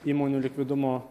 įmonių likvidumo